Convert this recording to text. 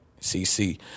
CC